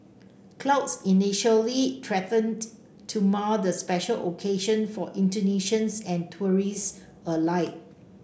clouds initially threatened to mar the special occasion for Indonesians and tourists alike